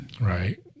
Right